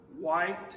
White